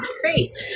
Great